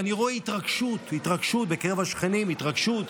אני מפעיל את השעון.